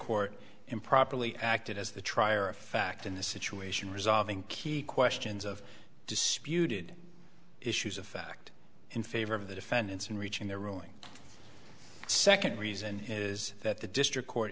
court improperly acted as the trier of fact in this situation resolving key questions of disputed issues of fact in favor of the defendants in reaching their ruling second reason is that the district court